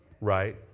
Right